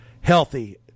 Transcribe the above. healthy